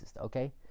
okay